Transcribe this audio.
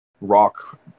rock